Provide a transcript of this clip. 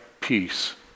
peace